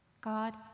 God